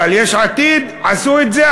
אבל יש עתיד עשו את זה,